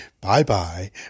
bye-bye